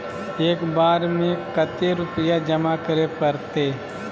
एक बार में कते रुपया जमा करे परते?